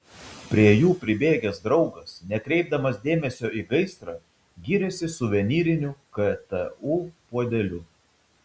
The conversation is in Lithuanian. prie jų pribėgęs draugas nekreipdamas dėmesio į gaisrą gyrėsi suvenyriniu ktu puodeliu